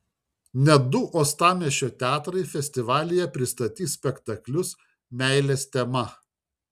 net du uostamiesčio teatrai festivalyje pristatys spektaklius meilės tema